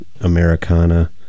Americana